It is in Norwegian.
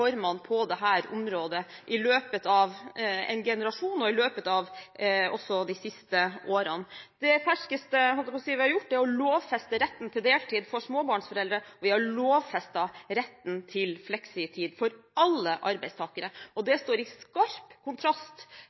på dette området i løpet av en generasjon – også i løpet av de siste årene. Det ferskeste vi har gjort, er å lovfeste retten til deltid for småbarnsforeldre, og vi har lovfestet retten til fleksitid for alle arbeidstakere. Dette står i skarp kontrast